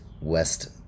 West